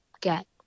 get